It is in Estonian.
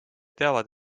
teavad